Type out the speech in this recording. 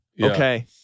okay